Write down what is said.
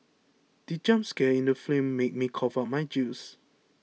the jump scare in the film made me cough out my juice